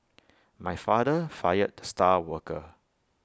my father fired the star worker